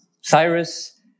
Cyrus